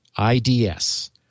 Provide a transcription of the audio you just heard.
IDS